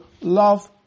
love